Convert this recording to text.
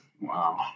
Wow